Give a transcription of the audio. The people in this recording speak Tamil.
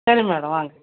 சரி மேடம் வாங்க